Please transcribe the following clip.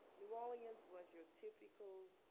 new orleans was your typical,